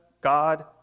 God